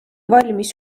valmis